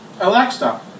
Alexa